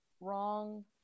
Wrong